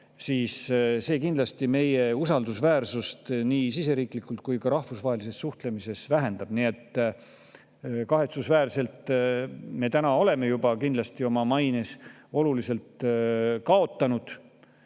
siis see kindlasti meie usaldusväärsust nii siseriiklikult kui ka rahvusvahelises suhtlemises vähendab. Kahetsusväärselt oleme juba oma maines kindlasti oluliselt kaotanud.